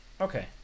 Okay